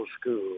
school